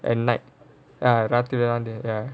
the light ya ராத்திரி வந்து:raathiri vanthu